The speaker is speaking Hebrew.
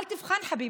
אל תבחן, חביבי.